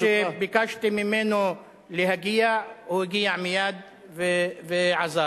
כשביקשתי ממנו להגיע, הוא הגיע מייד ועזר.